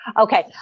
Okay